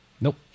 Nope